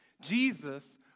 Jesus